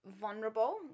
vulnerable